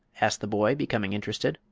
asked the boy, becoming interested.